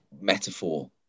metaphor